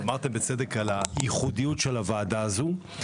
דיברת על הייחודיות של הוועדה הזאת.